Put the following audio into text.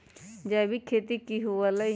जैविक खेती की हुआ लाई?